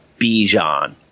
Bijan